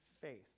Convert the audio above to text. faith